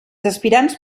aspirants